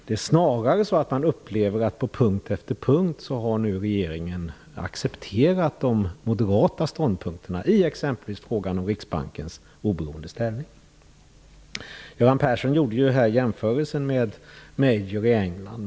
Det är snarare så att man på punkt efter punkt upplever att regeringen har accepterat de moderata ståndpunkterna i exempelvis frågan om Riksbankens oberoendeställning. Göran Persson gjorde jämförelsen med Major i England.